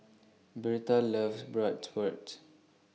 Birtha loves Bratwurst